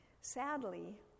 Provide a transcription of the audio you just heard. sadly